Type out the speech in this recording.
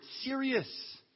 serious